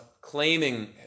claiming